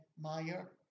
meyer